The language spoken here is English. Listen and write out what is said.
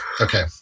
Okay